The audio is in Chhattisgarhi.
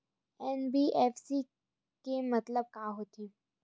एन.बी.एफ.सी के मतलब का होथे?